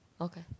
Okay